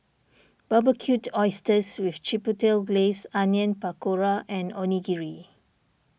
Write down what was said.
Barbecued Oysters with Chipotle Glaze Onion Pakora and Onigiri